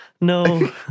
No